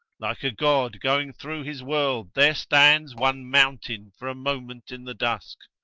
like a god going thro' his world there stands one mountain for a moment in the dusk,